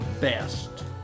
best